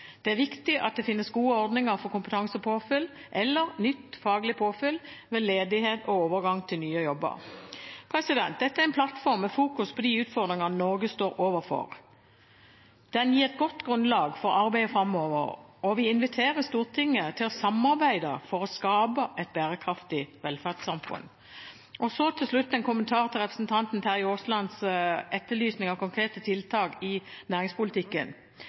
Det er viktig at det finnes gode ordninger for kompetansepåfyll eller nytt faglig påfyll ved ledighet og overgang til nye jobber. Dette er en plattform med fokus på de utfordringene Norge står overfor. Den gir et godt grunnlag for arbeidet framover, og vi inviterer Stortinget til å samarbeide for å skape et bærekraftig velferdssamfunn. Til slutt en kommentar til representanten Terje Aaslands etterlysning av konkrete tiltak i næringspolitikken: